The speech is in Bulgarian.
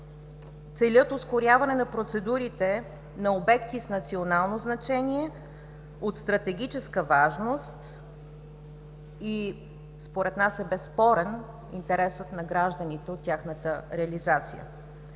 целят ускоряване на процедурите на обекти с национално значение от стратегическа важност и според нас е безспорен интересът на гражданите от тяхната реализация.